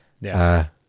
Yes